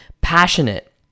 passionate